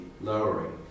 lowering